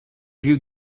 you